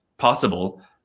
possible